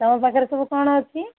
ତୁମ ପାଖରେ ସବୁ କ'ଣ ଅଛି